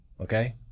Okay